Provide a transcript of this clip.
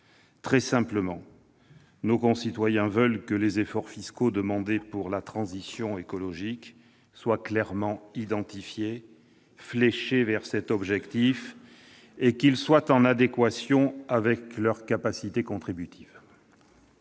Très simplement, nos concitoyens veulent que les efforts fiscaux demandés pour la transition écologique soient clairement identifiés, fléchés vers cet objectif et en adéquation avec leurs capacités contributives.